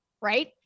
right